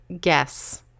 guess